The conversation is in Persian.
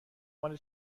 مال